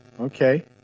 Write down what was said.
Okay